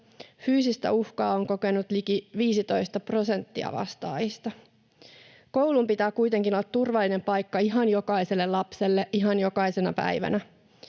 Fyysistä uhkaa on kokenut liki 15 prosenttia vastaajista. Koulun pitää kuitenkin olla turvallinen paikka ihan jokaiselle lapselle ihan jokaisena päivänä.